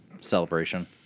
celebration